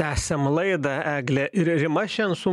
tęsiam laidą eglė ir rima šiandien su